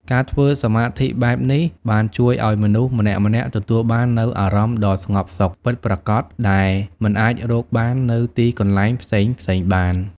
ការធ្វើសមាធិបែបនេះបានជួយឲ្យមនុស្សម្នាក់ៗទទួលបាននូវអារម្មណ៍ដ៏ស្ងប់សុខពិតប្រាកដដែលមិនអាចរកបាននៅទីកន្លែងផ្សេងៗបាន។